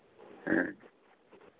ᱦᱮᱸ